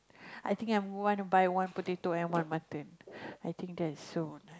I think I'm want to buy one potato and one mutton I think that's so nice